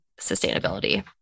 sustainability